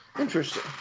Interesting